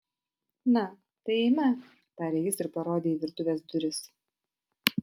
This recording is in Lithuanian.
na tai eime tarė jis ir parodė į virtuvės duris